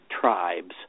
tribes